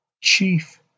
chief